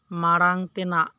ᱢᱟᱲᱟᱝ ᱛᱮᱱᱟᱜ